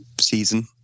season